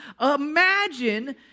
Imagine